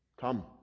come